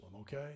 okay